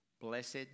blessed